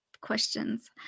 questions